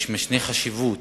יש משנה חשיבות